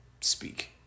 speak